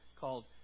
called